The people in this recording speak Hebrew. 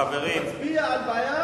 חברים, זה מצביע על בעיה